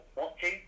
watching